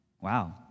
Wow